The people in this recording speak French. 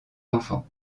enfants